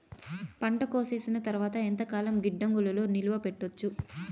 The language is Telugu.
పంట కోసేసిన తర్వాత ఎంతకాలం గిడ్డంగులలో నిలువ పెట్టొచ్చు?